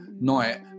night